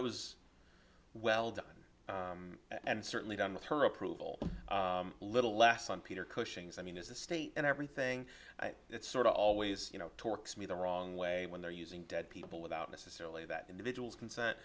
it was well done and certainly done with her approval little less on peter cushing's i mean as a state and everything it's sort of always you know torques me the wrong way when they're using dead people without necessarily that individual's consent